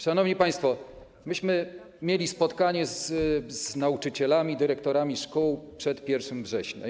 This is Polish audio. Szanowni państwo, myśmy mieli spotkanie z nauczycielami i dyrektorami szkół przed 1 września.